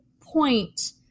point